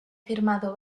firmado